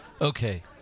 Okay